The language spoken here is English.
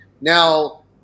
Now